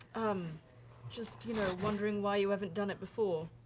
um just you know wondering why you haven't done it before.